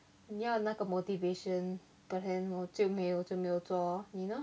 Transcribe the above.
你要那个 motivation but then 我就没有就没有做哦你呢